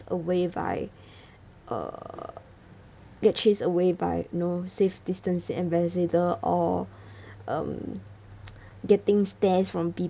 away by err get chased away by know safe distance ambassador or um getting stares from people